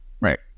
right